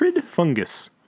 fungus